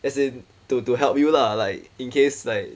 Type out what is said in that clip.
as in to to help you lah like in case like